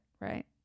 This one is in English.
right